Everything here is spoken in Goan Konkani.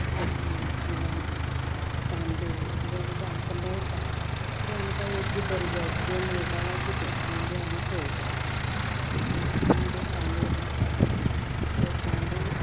भाजी किंवां तांदूळ जें कितें आमकां मेळटा तें आमकां योग्य दर्जाचें मेळटा काय कितें हेंय बी आमी पळोवपा जाय म्हळ्यार आमी जे तांदूळ हाडटात तें तांदूळ